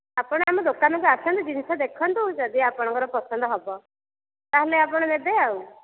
ଆପଣ ଆମ ଦୋକାନ କୁ ଆସନ୍ତୁ ଜିନିଷ ଦେଖନ୍ତୁ ଯଦି ଆପଣଙ୍କର ପସନ୍ଦ ହେବ ତାହେଲେ ଆପଣ ନେବେ ଆଉ